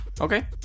Okay